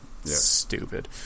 Stupid